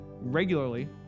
regularly